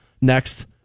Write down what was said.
Next